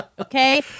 Okay